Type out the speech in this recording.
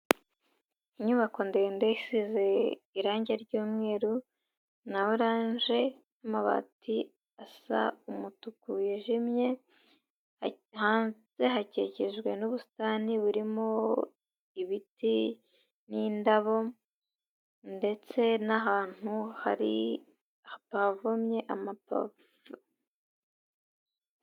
Inyubako ndende isize irangi ry'umweru na orange, amabati asa umutuku wijimye, hanze hakikijwe n'ubusitani burimo ibiti n'indabo ndetse n'ahantu hari bavomye amato.